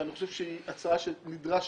ואני חושב שהיא הצעה שנדרש